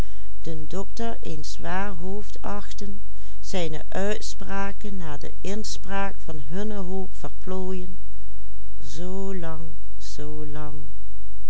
de inspraak van hunne